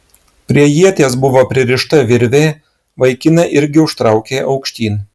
prie ieties buvo pririšta virvė vaikiną irgi užtraukė aukštyn